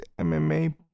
MMA